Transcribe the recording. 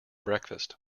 breakfast